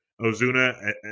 Ozuna